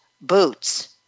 boots